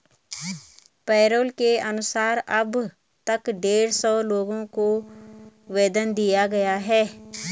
payroll के अनुसार अब तक डेढ़ सौ लोगों को वेतन दिया गया है